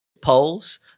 polls